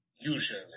usually